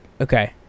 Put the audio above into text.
Okay